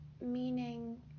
meaning